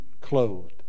clothed